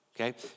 okay